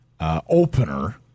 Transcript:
opener